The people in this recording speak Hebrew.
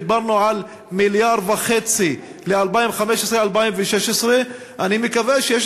דיברנו על 1.5 מיליארד ל-2015 2016. אני מקווה שיש